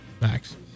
max